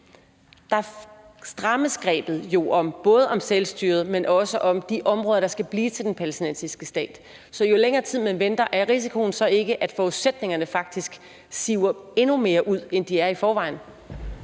nu strammes grebet jo både om selvstyret, men også om de områder, der skal blive til den palæstinensiske stat. Så hvis man venter længere tid, er risikoen så ikke, at forudsætningerne faktisk siver endnu mere ud, end hvad de er i forvejen?